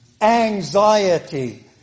anxiety